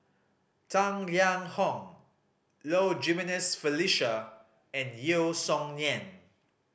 Tang Liang Hong Low Jimenez Felicia and Yeo Song Nian